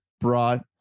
brought